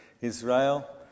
Israel